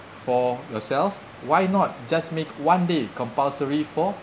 for yourself why not just make one day compulsory for